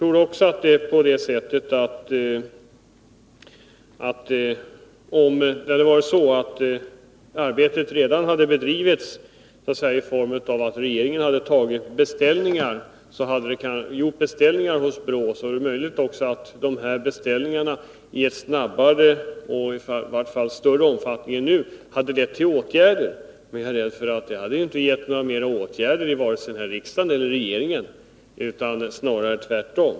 Om det hade varit så att arbetet redan hade bedrivits genom att regeringen gjort beställningar hos BRÅ är det möjligt att dessa beställningar snabbare och i varje fall i större omfattning än nu lett till åtgärder. Men jag är rädd för att de inte lett till ytterligare åtgärder vare sig i riksdagen eller i regeringen — snarare tvärtom.